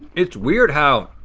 it's weird how,